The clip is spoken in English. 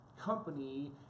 company